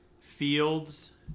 Fields